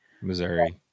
Missouri